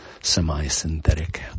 semi-synthetic